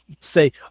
say